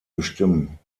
bestimmen